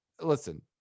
listen